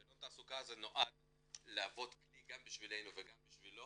שאלון התעסוקה נועד להוות כלי גם בשבילנו וגם בשבילו